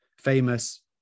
famous